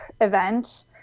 event